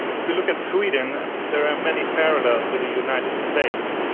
if you look at sweden there are many parallels to the united states.